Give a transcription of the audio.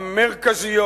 המרכזיות.